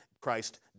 Christ